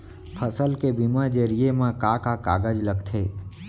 फसल के बीमा जरिए मा का का कागज लगथे?